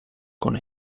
con